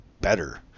better